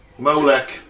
Molek